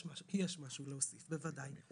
יש משהו להוסיף, בוודאי.